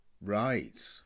right